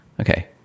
Okay